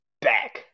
back